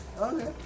Okay